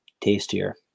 tastier